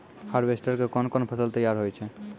Harvester के कोन कोन फसल तैयार होय छै?